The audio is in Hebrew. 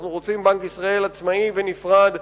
אנחנו רוצים בנק ישראל עצמאי ונפרד,